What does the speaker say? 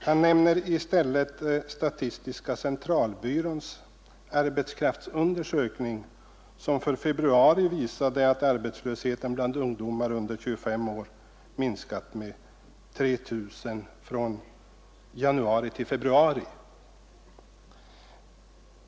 Han nämner i stället statistiska centralbyråns arbetskraftsundersökning, som för februari visade att arbetslösheten bland ungdomar under 25 år minskat med 3 000 från januari till februari.